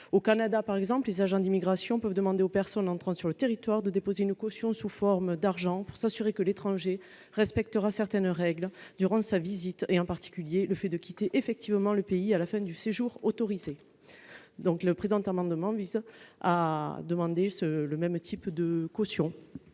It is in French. Au Canada, par exemple, les agents d’immigration peuvent demander aux personnes entrant sur le territoire de déposer une caution sous forme d’argent. Ils s’assurent ainsi que l’étranger respectera certaines règles durant sa visite, en particulier qu’il quittera effectivement le pays à la fin du séjour autorisé. C’est précisément le type de caution